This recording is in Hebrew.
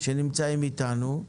שנמצאים אתנו.